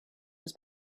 his